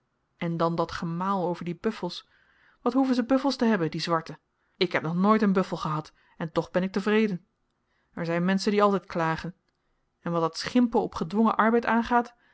en dan dat gemaal over die buffels wat hoeven ze buffels te hebben die zwarten ik heb nog nooit een buffel gehad en toch ben ik tevreden er zyn menschen die altyd klagen en wat dat schimpen op gedwongen arbeid aangaat